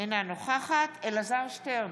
אינה נוכחת אלעזר שטרן,